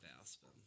Aspen